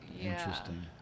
Interesting